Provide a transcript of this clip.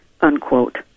unquote